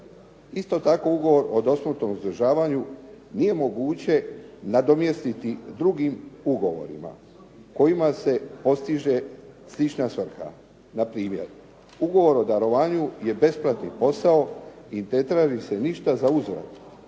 Isto tako, ugovor o dosmrtnom uzdržavanju nije moguće nadomjestiti drugim ugovorima kojima se postiže slična svrha. Na primjer, ugovor o darovanju je besplatni posao i ne traži se ništa za uzvrat,